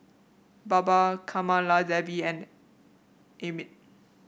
Baba Kamaladevi and Amit